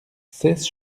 seize